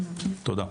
תודה.